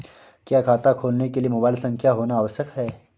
क्या खाता खोलने के लिए मोबाइल संख्या होना आवश्यक है?